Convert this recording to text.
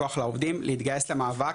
כוח לעובדים להתגייס למאבק,